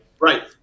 right